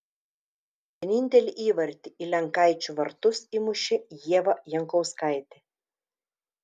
vienintelį įvartį į lenkaičių vartus įmušė ieva jankauskaitė